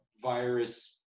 virus